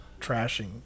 trashing